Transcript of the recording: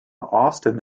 austen